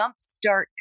Jumpstart